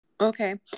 Okay